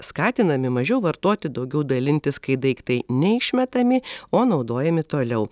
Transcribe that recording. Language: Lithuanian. skatinami mažiau vartoti daugiau dalintis kai daiktai neišmetami o naudojami toliau